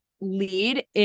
lead